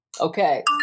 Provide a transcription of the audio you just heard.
Okay